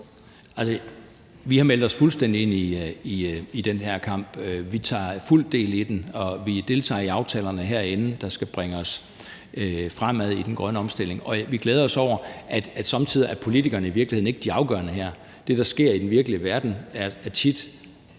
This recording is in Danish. Vi har meldt os fuldstændig ind i den her kamp. Vi tager fuldt del i den, og vi deltager i aftalerne herinde, der skal bringe os fremad i den grønne omstilling. Og vi glæder os over, at somme tider er politikerne i virkeligheden ikke de afgørende her. Det, der sker i den virkelige verden, er tit,